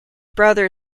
brother